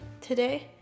today